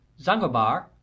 Zangobar